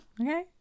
Okay